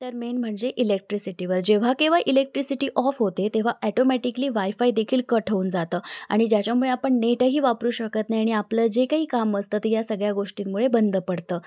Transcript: तर मेन म्हणजे इलेक्ट्रिसिटीवर जेव्हा केव्हा इलेक्ट्रिसिटी ऑफ होते तेव्हा ॲटोमॅटिकली वायफाय देखील कट होऊन जातं आणि ज्याच्यामुळे आपण नेटही वापरू शकत नाही आणि आपलं जे काही काम असतं तर या सगळ्या गोष्टींमुळे बंद पडतं